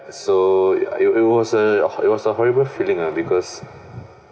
so ya it was a it was a horrible feeling lah because